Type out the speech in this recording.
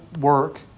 work